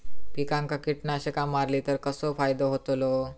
पिकांक कीटकनाशका मारली तर कसो फायदो होतलो?